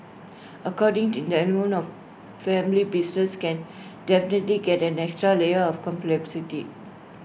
according in the element of family business can definitely get an extra layer of complexity